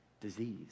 disease